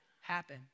happen